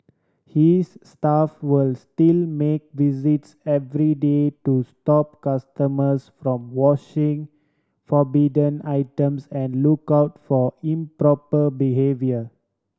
his staff was still make visits every day to stop customers from washing forbidden items and look out for improper behaviour